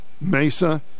Mesa